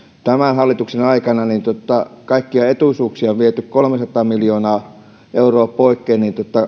tämän hallituksen aikana kaikkia etuisuuksia on viety kolmesataa miljoonaa euroa poikkeen